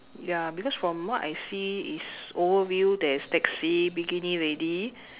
ya because from what I see is overview there's taxi bikini lady